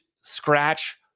scratch